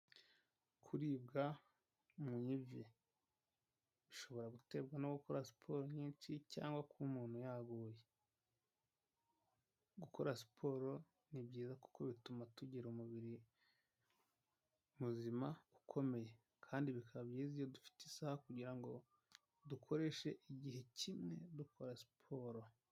Kuribwa mu ivi bishobora guterwa no gukora siporo nyinshi cyangwa kuba umuntu yaguye, gukora siporo ni byiza kuko bituma tugira umubiri muzima ukomeye kandi bikaba byiza iyo dufite isaha kugira ngo dukoreshe igihe kimwe dukora siporo.